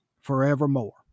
forevermore